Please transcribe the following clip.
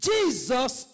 Jesus